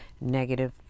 negative